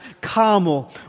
Carmel